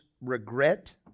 regret